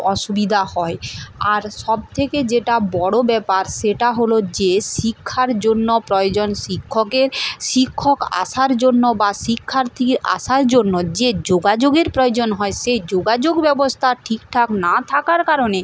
অসুবিধা হয় আর সবথেকে যেটা বড় ব্যাপার সেটা হলো যে শিক্ষার জন্য প্রয়োজন শিক্ষকের শিক্ষক আসার জন্য বা শিক্ষার্থী আসার জন্য যে যোগাযোগের প্রয়োজন হয় সেই যোগাযোগ ব্যবস্থা ঠিকঠাক না থাকার কারণে